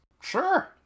sure